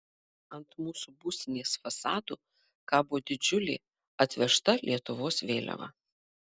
ant mūsų būstinės fasado kabo didžiulė atvežta lietuvos vėliava